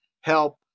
help